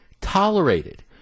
tolerated